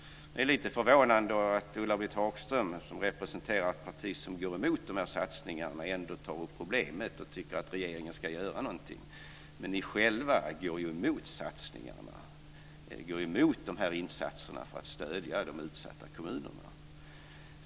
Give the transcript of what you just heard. Det är lite förvånande att Ulla-Britt Hagström, som representerar ett parti som går emot de här satsningarna, ändå tar upp problemet och tycker att regeringen ska göra någonting, men ni själva går ju emot satsningarna och de här insatserna för att stödja de utsatta kommunerna.